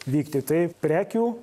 vykti tai prekių